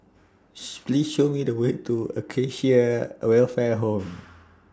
Please Show Me The Way to Acacia Welfare Home